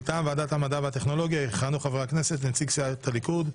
מטעם ועדת המדע והטכנולוגיה יכהנו חברי הכנסת: נציג סיעת הליכוד,